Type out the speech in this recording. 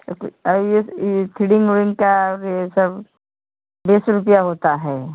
तो कुछ यह थ्रीडिंग उरींग का रे सब बीस रूपया होता है